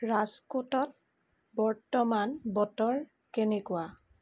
ৰাজকোটত বৰ্তমান বতৰ কেনেকুৱা